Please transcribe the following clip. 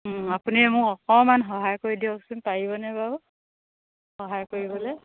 আপুনি মোক অকণমান সহায় কৰি দিয়কচোন পাৰিবনে বাৰু সহায় কৰিবলৈ